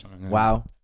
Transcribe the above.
Wow